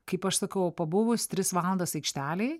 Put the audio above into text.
kaip aš sakau pabuvus tris valandas aikštelėj